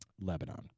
Lebanon